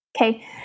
Okay